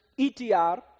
ETR